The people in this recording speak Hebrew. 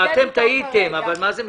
אתם טעיתם, אבל מה זה משנה?